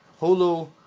Hulu